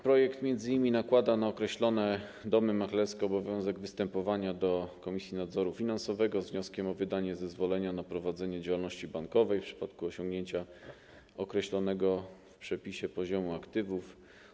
Projekt m.in. nakłada na określone domy maklerskie obowiązek występowania do Komisji Nadzoru Finansowego z wnioskiem o wydanie zezwolenia na prowadzenie działalności bankowej w przypadku osiągnięcia określonego w przepisie poziomu aktywów.